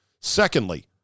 Secondly